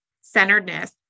centeredness